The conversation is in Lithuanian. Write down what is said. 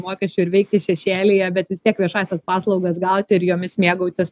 mokesčių ir veikti šešėlyje bet vis tiek viešąsias paslaugas gauti ir jomis mėgautis